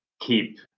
keep